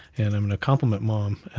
and i'm gonna compliment mom.